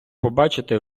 побачити